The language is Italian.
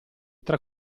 tra